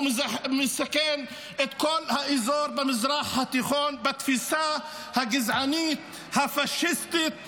הוא מסכן את כל האזור במזרח התיכון בתפיסה הגזענית הפאשיסטית שלו.